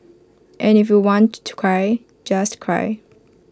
and if you want to cry just cry